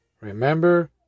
Remember